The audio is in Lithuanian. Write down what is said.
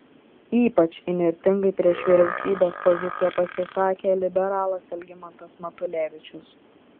ypač įnirtingai prieš vyriausybės poziciją pasisakė liberalas algimantas matulevičius